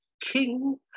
king